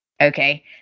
Okay